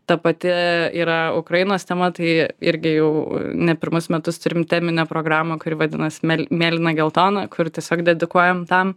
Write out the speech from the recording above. ta pati yra ukrainos tema tai irgi jau ne pirmus metus turim teminę programą kuri vadinasi mėlyna geltona kur tiesiog dedikuojam tam